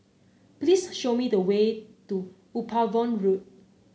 please show me the way to Upavon Road